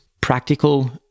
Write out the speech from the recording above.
Practical